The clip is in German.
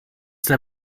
der